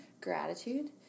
gratitude